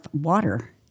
water